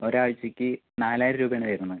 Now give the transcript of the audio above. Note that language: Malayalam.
ഒരാഴ്ചയ്ക്ക് നാലായിരം രൂപയാണ് വരുന്നത്